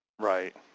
Right